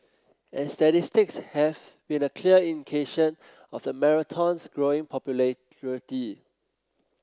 and statistics have been a clear indication of the marathon's growing popularity